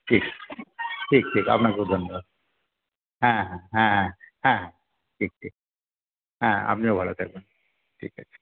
ঠিক ঠিক আপনাকেও ধন্যবাদ হ্যাঁ হ্যাঁ হ্যাঁ ঠিক ঠিক হ্যাঁ আপনিও ভালো থাকবেন ঠিক আছে